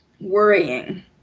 worrying